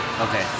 Okay